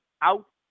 out